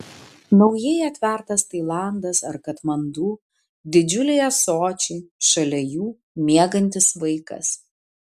naujai atvertas tailandas ar katmandu didžiuliai ąsočiai šalia jų miegantis vaikas